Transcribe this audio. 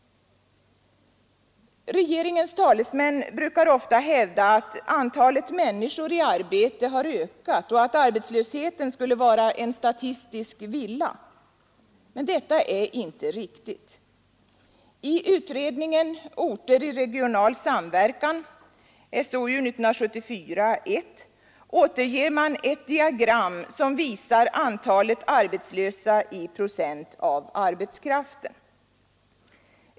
Regeringens talesmän brukar hävda att antalet människor i arbete har ökat och att arbetslösheten skulle vara en statistisk villa. Detta är inte riktigt. I utredningen Orter i regional samverkan, SOU 1974:1 återger man ett diagram som visar antalet arbetslösa i procent av arbetskraften.